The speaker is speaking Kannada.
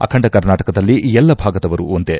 ಅಖಂಡ ಕರ್ನಾಟಕದಲ್ಲಿ ಎಲ್ಲ ಭಾಗದವರೂ ಒಂದೇ